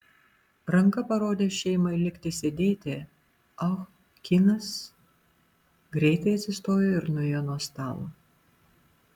ranka parodęs šeimai likti sėdėti ah kinas greitai atsistojo ir nuėjo nuo stalo